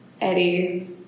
Eddie